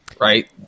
right